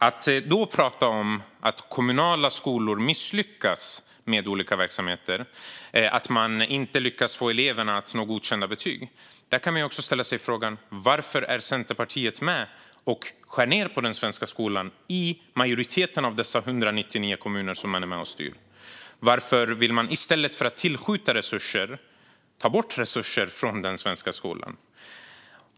Det pratas om att kommunala skolor misslyckas med olika verksamheter och att de inte lyckas få eleverna att nå godkända betyg. Det går också att ställa sig frågan: Varför är Centerpartiet med och skär ned på den svenska skolan i majoriteten av de 199 kommuner som man är med och styr? Varför vill man i stället för att tillskjuta resurser ta bort resurser från den svenska skolan?